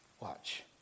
Watch